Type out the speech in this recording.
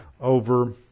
over